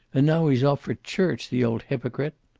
and now he's off for church, the old hypocrite!